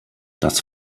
das